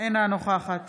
אינה נוכחת